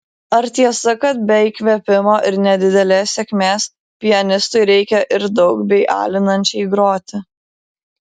ar tiesa kad be įkvėpimo ir nedidelės sėkmės pianistui reikia ir daug bei alinančiai groti